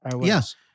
Yes